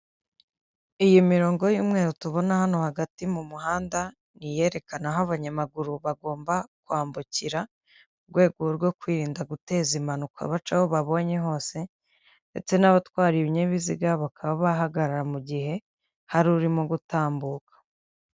Iyi mirongorongo y'umweru tubona hano hagati mu muhanda, ni iyerekana aho abanyamaguru bagomba kwambukira, mu rwego rwo kwirinda guteza impanuka baca aho babonye hose ndetse n'abatwara ibinyabiziga bakaba bahagarara mu gihe hari urimo gutambuka.